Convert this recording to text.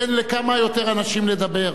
תן לכמה שיותר אנשים לדבר.